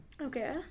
Okay